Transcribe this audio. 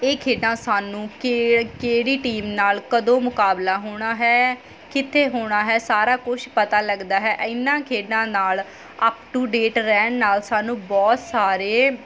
ਇਹ ਖੇਡਾਂ ਸਾਨੂੰ ਕਿ ਕਿਹੜੀ ਟੀਮ ਨਾਲ ਕਦੋਂ ਮੁਕਾਬਲਾ ਹੋਣਾ ਹੈ ਕਿੱਥੇ ਹੋਣਾ ਹੈ ਸਾਰਾ ਕੁਛ ਪਤਾ ਲੱਗਦਾ ਹੈ ਇਹਨਾਂ ਖੇਡਾਂ ਨਾਲ ਅਪ ਟੂ ਡੇਟ ਰਹਿਣ ਨਾਲ ਸਾਨੂੰ ਬਹੁਤ ਸਾਰੇ